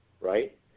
right